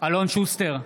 אלון שוסטר,